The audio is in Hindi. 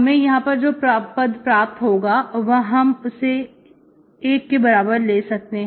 हमें यहां पर जो पद प्राप्त होगा हम उसे एक के बराबर ले सकते हैं